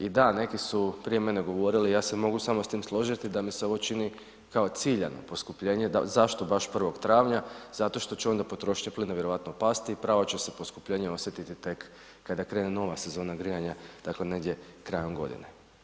I da, neki su prije mene govorili, ja se mogu samo s tim složiti da mi se ovo čini kao ciljano poskupljenje da zašto baš 1. travnja, zato što će onda potrošnja plina vjerovatno pasti, pravo će se poskupljenje osjetiti tek kada krene nova sezona grijanja, dakle negdje krajem godine.